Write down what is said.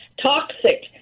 toxic